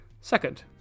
Second